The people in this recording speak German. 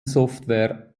software